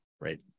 Right